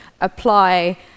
apply